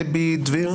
צבי דביר.